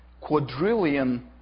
quadrillion